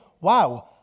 wow